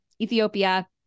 Ethiopia